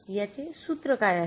याचे सूत्र काय आहे